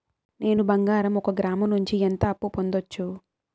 నేను బంగారం ఒక గ్రాము నుంచి ఎంత అప్పు పొందొచ్చు